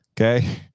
Okay